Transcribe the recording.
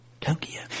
Tokyo